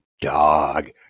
dog